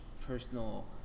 personal